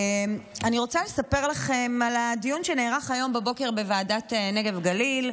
אני רוצה לספר לכם על הדיון שנערך היום בבוקר בוועדת הנגב והגליל,